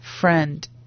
friend